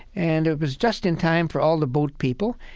and it was just in time for all the boat people.